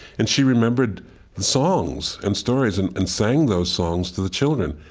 and she remembered the songs and stories and and sang those songs to the children.